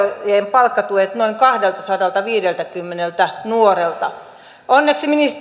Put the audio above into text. palkkatuet noin kahdeltasadaltaviideltäkymmeneltä nuorelta onneksi